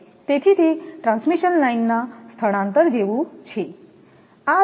તેથી તે ટ્રાન્સમિશન લાઇનના સ્થળાંતર જેવું છે